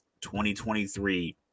2023